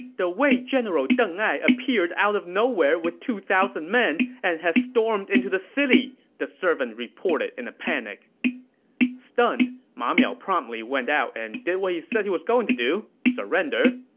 the wei general deng ai has appeared out of nowhere with two thousand men and has stormed into the city! the servant reported in a panic stunned, ma miao promptly went out and did what he said he was going to do surrender.